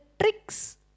tricks